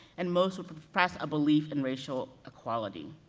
and most would profess a belief in racial equality.